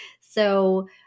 So-